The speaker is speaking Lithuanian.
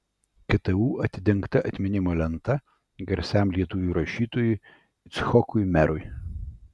ktu atidengta atminimo lenta garsiam lietuvių rašytojui icchokui merui